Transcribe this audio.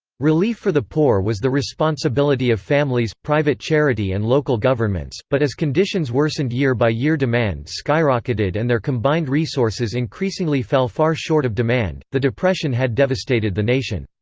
relief for the poor was the responsibility of families, private charity and local governments, but as conditions worsened year by year demand skyrocketed and their combined resources increasingly fell far short of demand the depression had devastated the nation.